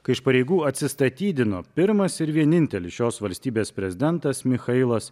kai iš pareigų atsistatydino pirmas ir vienintelis šios valstybės prezidentas michailas